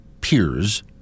peers